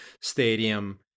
Stadium